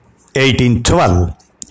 1812